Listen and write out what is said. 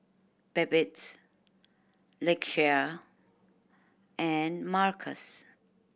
Babettes Lakeshia and Marcus